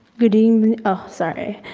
good evening, oh sorry.